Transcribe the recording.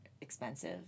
expensive